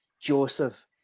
Joseph